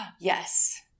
Yes